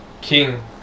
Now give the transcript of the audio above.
King